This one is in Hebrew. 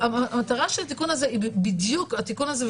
המטרה של תיקון הזה היא בדיוק התיקון הזה,